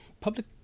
public